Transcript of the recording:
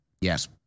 Yes